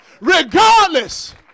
Regardless